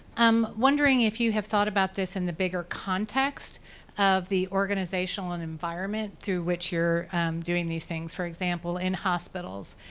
i'm wondering if you have thought about this in the bigger context of the organizational and environment through which you're doing these things. for example, in hospitals.